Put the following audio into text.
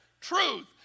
truth